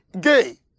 gay